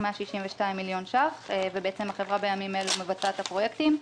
162 מיליון ש"ח ובעצם החברה בימים אלה מבצעת את הפרויקטים.